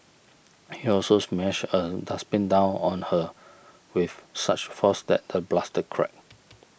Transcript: he also smashed a dustbin down on her with such force that the plastic cracked